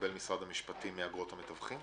שמקבל משרד המשפטים מאגרות המתווכים?